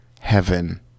heaven